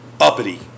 uppity